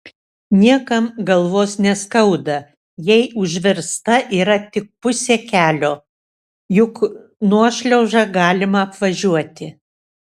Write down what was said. niekam galvos neskauda jei užversta yra tik pusė kelio juk nuošliaužą galima apvažiuoti